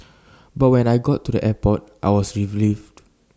but when I got to the airport I was relieved